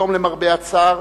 היום, למרבה הצער,